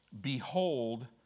Behold